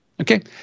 okay